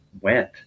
went